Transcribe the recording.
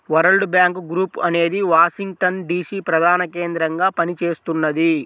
world bank group అనేది Washington DC ప్రధానకేంద్రంగా పనిచేస్తున్నది